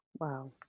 Wow